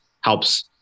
helps